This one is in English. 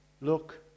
look